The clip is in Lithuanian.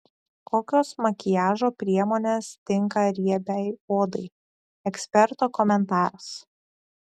kokios makiažo priemonės tinka riebiai odai eksperto komentaras